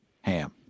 ham